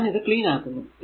ഞാൻ ഇത് ക്ലീൻ ആക്കുന്നു